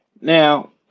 Now